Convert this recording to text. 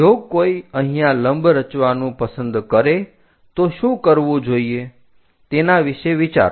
જો કોઈ અહીંયા લંબ રચવાનું પસંદ કરે તો શું કરવું જોઈએ તેના વિશે વિચારો